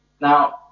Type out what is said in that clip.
Now